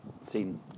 seen